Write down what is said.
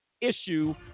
issue